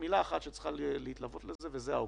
מילה אחת שצריכה להתלוות לזה: הוגנוּת.